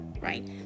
right